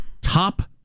top